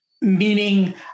meaning